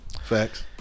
Facts